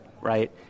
right